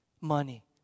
Money